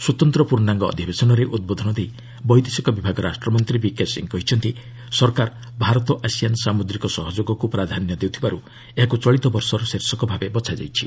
ସ୍ୱତନ୍ତ୍ର ପ୍ରର୍ଷାଙ୍ଗ ଅଧିବେଶନରେ ଉଦ୍ବୋଧନ ଦେଇ ବୈଦେଶିକ ବିଭାଗ ରାଷ୍ଟ୍ରମନ୍ତ୍ରୀ ବିକେ ସିଂ କହିଛନ୍ତି ସରକାର ଭାରତ ଆସିଆନ୍ ସାମୁଦ୍ରିକ ସହଯୋଗକୁ ପ୍ରାଧାନ୍ୟ ଦେଉଥିବାରୁ ଏହାକୁ ଚଳିତ ବର୍ଷର ଶୀର୍ଷକ ଭାବେ ବଛାଯାଇଛି